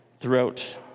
throughout